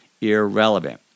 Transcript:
irrelevant